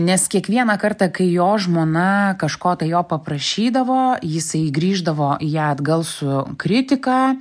nes kiekvieną kartą kai jo žmona kažko tai jo paprašydavo jisai grįždavo į ją atgal su kritika